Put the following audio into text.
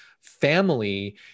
family